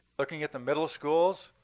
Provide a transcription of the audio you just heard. looking at the middle schools,